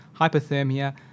hypothermia